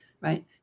right